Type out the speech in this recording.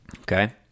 Okay